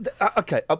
okay